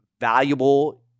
valuable